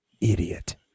Idiot